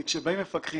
כאשר באים מפקחים